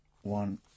one